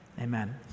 Amen